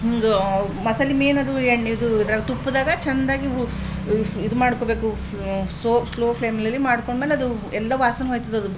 ಒಂದು ಮಸಾಲೆ ಮೇನ್ ಅದು ಎಣ್ಣೆ ಇದು ತುಪ್ಪದಾಗ ಚಂದಾಗಿ ಹುರ್ ಇದು ಮಾಡ್ಕೋಬೇಕು ಸೋ ಸ್ಲೋ ಫ್ಲೇಮಲ್ಲಿ ಮಾಡ್ಕೊಂಡ್ಮೇಲೆ ಅದು ಎಲ್ಲ ವಾಸನೆ ಹೋಯ್ತದದು